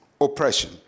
oppression